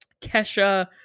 Kesha